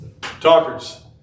talkers